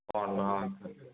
వాడనా సరే